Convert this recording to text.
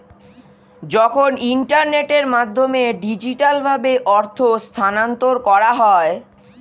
যখন ইন্টারনেটের মাধ্যমে ডিজিটালভাবে অর্থ স্থানান্তর করা হয়